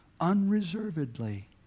unreservedly